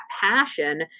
passion